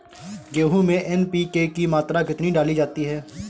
गेहूँ में एन.पी.के की मात्रा कितनी डाली जाती है?